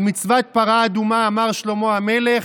על מצוות פרה אדומה אמר שלמה המלך: